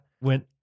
Went